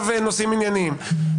שטרן